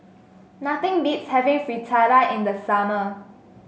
nothing beats having Fritada in the summer